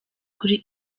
kuri